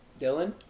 Dylan